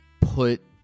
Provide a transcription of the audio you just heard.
put